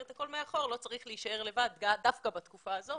את הכל מאחור לא צריך להישאר לבד דווקא בתקופה הזאת.